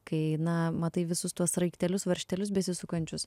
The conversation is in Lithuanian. kai na matai visus tuos sraigtelius varžtelius besisukančius